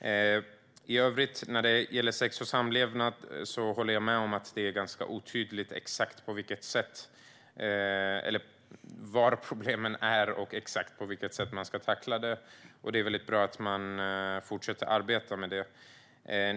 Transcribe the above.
När det gäller sex och samlevnad håller jag med om att det är ganska otydligt var problemen finns och exakt på vilket sätt man ska tackla dem. Det är väldigt bra att man fortsätter att arbeta med det.